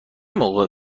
موقع